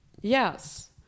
yes